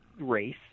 race